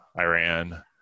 Iran